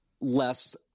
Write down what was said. less –